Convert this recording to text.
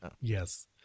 Yes